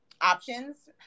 options